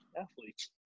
athletes